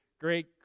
great